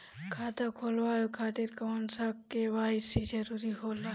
खाता खोलवाये खातिर कौन सा के.वाइ.सी जरूरी होला?